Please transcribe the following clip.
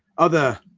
other,